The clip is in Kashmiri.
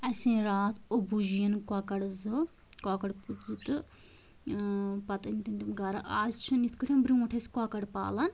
اسہِ أنۍ رات ابوٗجِین کۄکر زٕ کۄکر پوٗتۍ زٕ تہٕ اۭں پَتہٕ أنۍ تٔمۍ تِم گھرٕ آز چھِنہٕ یِتھ کٲٹھۍ برٛونٛٹھ ٲسۍ کۄکر پالان